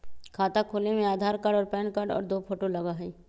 खाता खोले में आधार कार्ड और पेन कार्ड और दो फोटो लगहई?